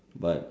but